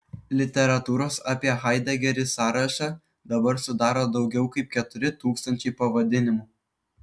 literatūros apie haidegerį sąrašą dabar sudaro daugiau kaip keturi tūkstančiai pavadinimų